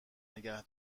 نگه